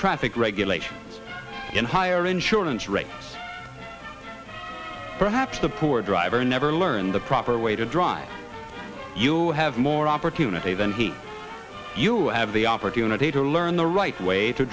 traffic regulation in higher insurance rates perhaps the poor driver never learn the proper way to drive you'll have more opportunity than he you have the opportunity to learn the right way to